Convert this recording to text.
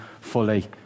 fully